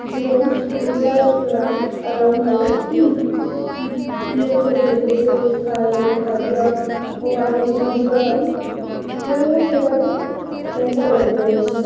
ଯେଉଁ ନିଶା ରେଷ୍ଟୁରାଣ୍ଟ୍ ଆଲମ୍ ଭାଇ ଲେଟ୍ କରିଦେଲେ ସେଇ ଖାଦ୍ୟ ମୋ ପାଖକୁ ପହଞ୍ଚେଇବା ପାଇଁ ତେଣୁ ମୁଁ ସେଇଟାକୁ କ୍ୟାନ୍ସଲ୍ କରିଦଉଛି